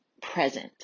present